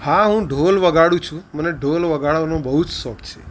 હા હું ઢોલ વગાડું છું મને ઢોલ વગાડવાનો બહુ જ શોખ છે